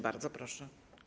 Bardzo proszę.